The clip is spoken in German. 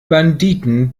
banditen